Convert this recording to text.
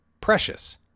precious